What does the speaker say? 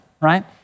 right